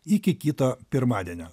iki kito pirmadienio